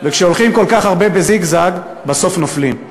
כשהולכים כל כך הרבה בזיגזג, בסוף נופלים.